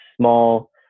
small